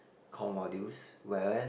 core modules whereas